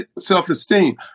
self-esteem